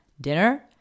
dinner